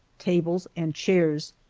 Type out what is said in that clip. tables, and chairs,